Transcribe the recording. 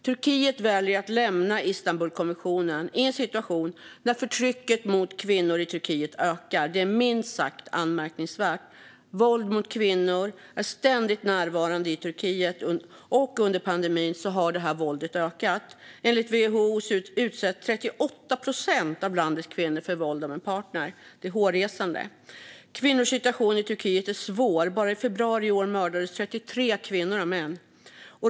Turkiet väljer att lämna Istanbulkonventionen i en situation när förtrycket mot kvinnor i Turkiet ökar. Det är minst sagt anmärkningsvärt. Våld mot kvinnor är ständigt närvarande i Turkiet, och under pandemin har våldet ökat. Enligt WHO utsätts 38 procent av landets kvinnor för våld från en partner. Det är hårresande! Kvinnors situation i Turkiet är svår. Bara i februari i år mördades 33 kvinnor av män.